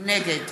נגד